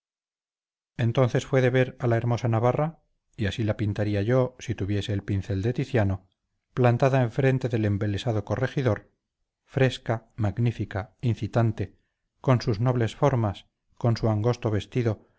entonces fue de ver a la hermosa navarra y así la pintaría yo si tuviese el pincel de tiziano plantada enfrente del embelesado corregidor fresca magnífica incitante con sus nobles formas con su angosto vestido